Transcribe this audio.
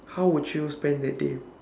how would you spend that day